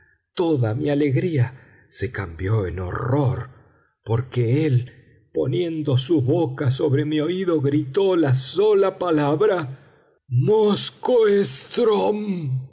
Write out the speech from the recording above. toda mi alegría se cambió en horror porque él poniendo su boca sobre mi oído gritó la sola palabra